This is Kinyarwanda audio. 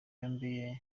yombi